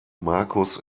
markus